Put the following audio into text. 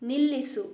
ನಿಲ್ಲಿಸು